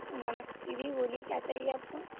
नमस्ते जी बोलिए क्या चाहिए आपको